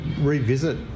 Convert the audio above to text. revisit